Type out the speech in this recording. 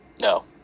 no